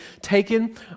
taken